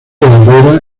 aurora